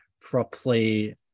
properly